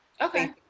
okay